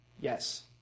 Yes